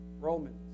Romans